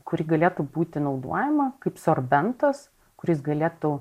kuri galėtų būti naudojama kaip sorbentas kuris galėtų